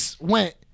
went